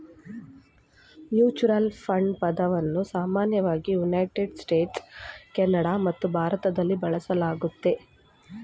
mutual fund ಪದವನ್ನ ಸಾಮಾನ್ಯವಾಗಿ United States, Canada ಮತ್ತು ಭಾರತದಲ್ಲಿ ಬಳಸಲಾಗುತ್ತೆ